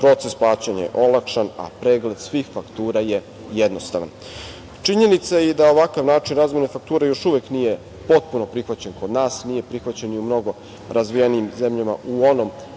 proces plaćanja je olakšan, a pregled svih faktura je jednostavan. Činjenica je i da ovakav način razmene faktura još uvek nije potpuno prihvaćen kod nas, nije prihvaćen ni u mnogo razvijenijim zemljama u onom